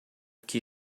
que